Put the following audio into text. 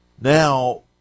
Now